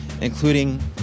including